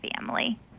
family